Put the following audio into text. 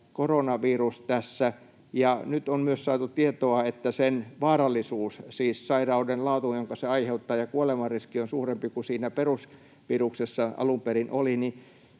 koronavirus tässä, ja nyt on myös saatu tietoa, että sen vaarallisuus — siis sairauden laatu, jonka se aiheuttaa, ja kuolemanriski — on suurempi kuin siinä perusviruksessa alun perin oli, että